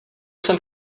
jsem